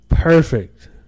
Perfect